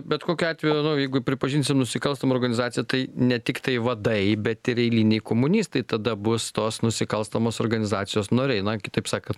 bet kokiu atveju jeigu pripažinsi nusikalstama organizacija tai ne tiktai vadai bet ir eiliniai komunistai tada bus tos nusikalstamos organizacijos nariai na kitaip sakant